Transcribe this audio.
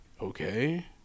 Okay